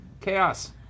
Chaos